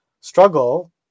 struggle